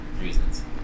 reasons